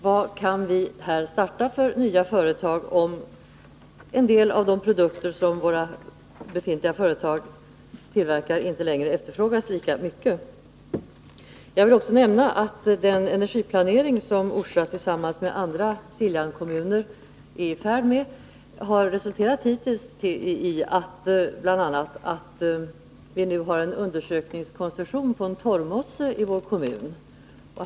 Vad kan vi starta för nya företag, om en del av de produkter som befintliga företag tillverkar inte längre efterfrågas lika mycket som tidigare? Jag vill också nämna att den energiplanering som Orsa tillsammans med andra Siljanskommuner är i färd med hittills har resulterat bl.a. i att vi nu har en undersökningskoncession på en torvmosse i vår kommun.